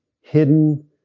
hidden